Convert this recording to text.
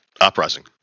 Uprising